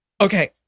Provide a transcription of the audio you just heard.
Okay